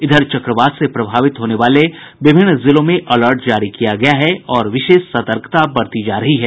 इधर चक्रवात से प्रभावित होने वाले विभिन्न जिलों में अलर्ट जारी किया गया है और विशेष सतर्कता बरती जा रही है